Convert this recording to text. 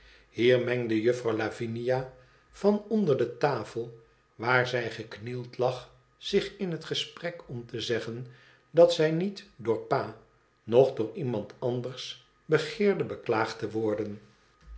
hier mengde juffer lavinia van onder de tafel waar zij geknield lag zich in bet gesprek om te zeggen dat zij niet door pa noch door iemand anders begeerde beklaagd te worden